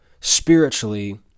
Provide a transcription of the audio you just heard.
spiritually